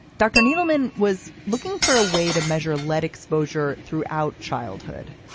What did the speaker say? dr. needleman was looking for a way to measure lead exposure throughout childhood.